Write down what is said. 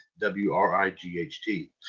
W-R-I-G-H-T